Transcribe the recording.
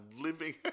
living